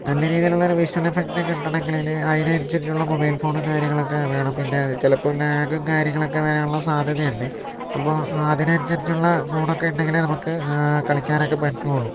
നല്ല രീതിയിലുള്ള ഒരു വിഷ്വൽ എഫെക്ട് കിട്ടണമെങ്കിൽ അതിനനുസരിച്ചുള്ള മൊബൈൽ ഫോണും കാര്യങ്ങളൊക്കെ വേണം പിന്നെ ചിലപ്പോൾ ലാഗും കാര്യങ്ങളൊക്കെ വരാനുള്ള സാധ്യതയുണ്ട് അപ്പോൾ അതിനനുസരിച്ചുള്ള ഫോണൊക്കെ ഉണ്ടെണ്ടങ്കിലേ നമുക്ക് കളിക്കാനൊക്കെ പറ്റുകയുളളൂ